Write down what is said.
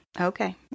Okay